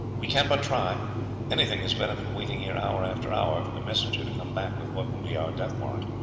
we can but try anything is better than waiting here hour after hour for the messenger to come back with what will be our death warrant.